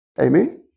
Amen